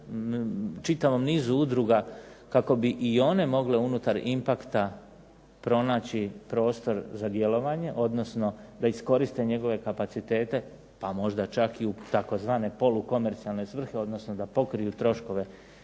čitavom nizu udruga kako bi i one mogle unutar IMPACT-a pronaći prostor za djelovanje, odnosno da iskoriste njegove kapacitete, pa možda čak i u tzv. polu komercijalne svrhe, odnosno da pokriju troškove